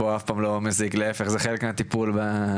אבל אני ממש לא מתכוון להסתפק בזה.